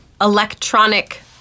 Electronic